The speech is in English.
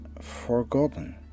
forgotten